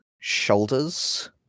shoulders